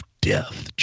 death